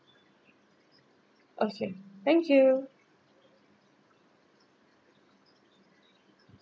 okay thank you